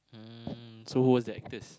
mm so who was the actors